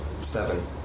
seven